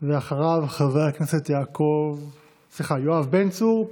ואחריו, חבר הכנסת יואב בן צור,